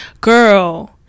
girl